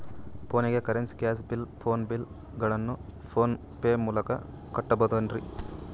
ಫೋನಿಗೆ currency, gas bill, phone bill ಗಳನ್ನು PhonePe ಮೂಲಕ ಕಟ್ಟಬಹುದೇನ್ರಿ?